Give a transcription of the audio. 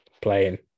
Playing